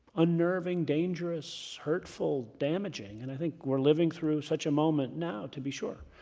unnerving, dangerous, hurtful, damaging. and i think we're living through such a moment now to be sure.